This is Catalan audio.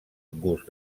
gust